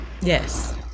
Yes